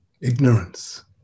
Ignorance